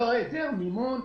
לא העדר מימון,